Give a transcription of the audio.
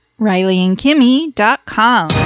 RileyandKimmy.com